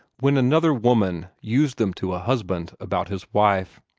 when another woman used them to a husband about his wife.